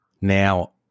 Now